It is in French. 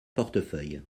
portefeuille